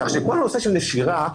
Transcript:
כל הנושא של נשירה,